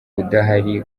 udahari